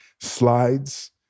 slides